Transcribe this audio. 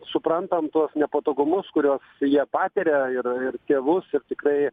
suprantam tuos nepatogumus kuriuos jie patiria ir ir tėvus ir tikrai